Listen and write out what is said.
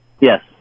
Yes